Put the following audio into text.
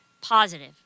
positive